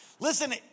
Listen